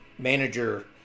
manager